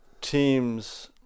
teams